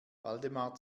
waldemar